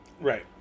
right